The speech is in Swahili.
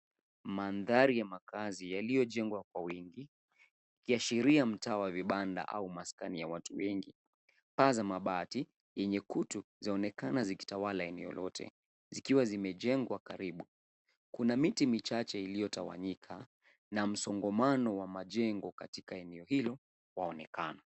Mandhari ya makazi yaliyojengwa kwa wingi, ikiashiria mtaa wa vibanda au maskani ya watu wengi. Paa zenye mabati enye kutu, zaonekana zikitawala eneo lote zikiwa zimejengwa karibu. Kuna miti michache iliyotawanyika na msongamano wa majengo katika eneo hilo waonekana.